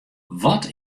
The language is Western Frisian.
wat